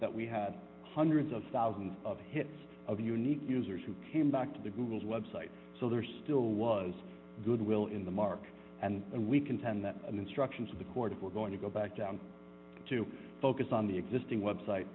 that we had hundreds of thousands of hits of unique users who came back to the google's web site so there still was goodwill in the mark and we contend that the instructions of the court if we're going to go back down to focus on the existing website